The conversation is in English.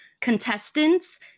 contestants